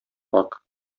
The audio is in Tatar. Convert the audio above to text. пакь